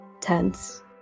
tense